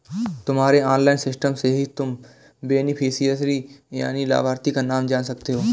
तुम्हारे online system से ही तुम बेनिफिशियरी यानि लाभार्थी का नाम जान सकते हो